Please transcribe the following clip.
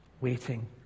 waiting